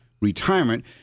retirement